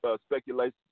speculation